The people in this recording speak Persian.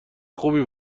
خوبی